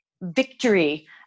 victory